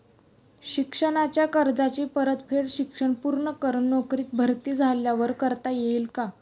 शिक्षणाच्या कर्जाची परतफेड शिक्षण पूर्ण करून नोकरीत भरती झाल्यावर करता येईल काय?